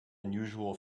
unusual